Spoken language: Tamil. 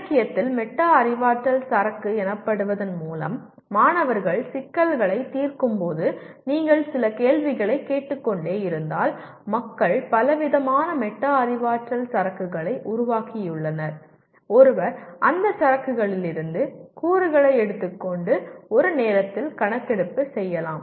இலக்கியத்தில் மெட்டா அறிவாற்றல் சரக்கு எனப்படுவதன் மூலம் மாணவர்கள் சிக்கல்களைத் தீர்க்கும்போது நீங்கள் சில கேள்விகளைக் கேட்டுக்கொண்டே இருந்தால் மக்கள் பலவிதமான மெட்டா அறிவாற்றல் சரக்குகளை உருவாக்கியுள்ளனர் ஒருவர் அந்த சரக்குகளிலிருந்து கூறுகளை எடுத்துக்கொண்டு ஒரு நேரத்தில் கணக்கெடுப்பு செய்யலாம்